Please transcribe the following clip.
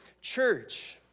church